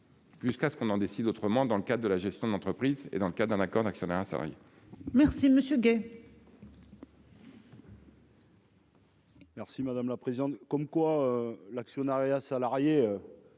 Jusqu'à ce qu'on en décide autrement dans le cadre de la gestion d'entreprise et dans le cas d'un accord d'actionnariat salarié. Merci monsieur. Merci madame la présidente. Comme quoi l'actionnariat salarié.